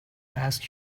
asked